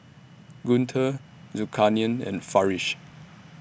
Guntur Zulkarnain and Farish